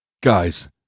Guys